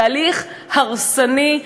תהליך הרסני,